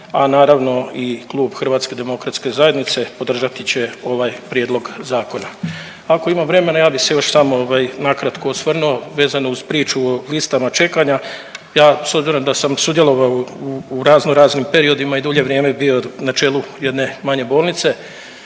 a naravno i klub Hrvatske demokratske zajednice podržati će ovaj prijedlog zakona. Ako ima vremena ja bih se još samo na kratko osvrnuo vezano uz priču o listama čekanja. Ja s obzirom da sam sudjelovao u razno raznim periodima i dulje vrijeme bio na čelu jedne manje bolnice